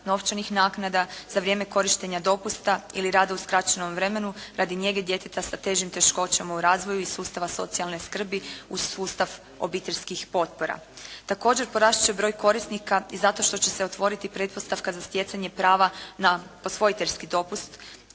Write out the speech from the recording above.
novčanih naknada za vrijeme korištenja dopusta ili rada u skraćenom vremenu radi njege djeteta sa težim teškoćama u razvoju i sustava socijalne skrbi uz sustav obiteljskih potpora. Također, porast će broj korisnika i zato što će se otvoriti pretpostavka za stjecanje prava na posvojiteljski dopust